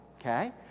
Okay